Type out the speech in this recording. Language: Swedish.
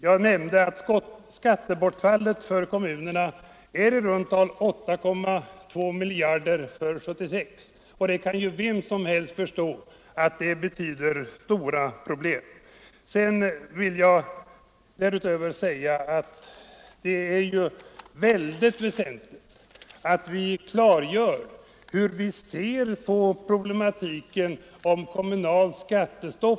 Jag nämnde att minskningen i skatteunderlaget för kommunerna i runda tal blir 8,2 miljarder kronor för år 1977, och vem som helst förstår att det betyder stora problem. Det är mycket väsentligt att klargöra hur vi ser på problematiken kring kommunalt skattestopp.